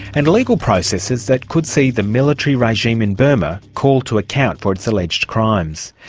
and legal processes that could see the military regime in burma called to account for its alleged crimes.